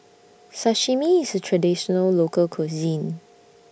Sashimi IS A Traditional Local Cuisine